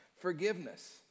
forgiveness